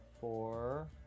four